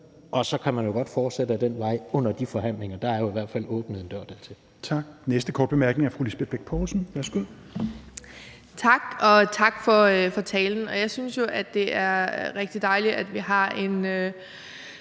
Og så kan man jo godt fortsætte ad den vej under de forhandlinger. Der er jo i hvert fald åbnet en dør dertil.